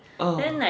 ah